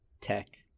Tech